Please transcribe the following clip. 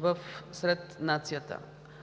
в нацията.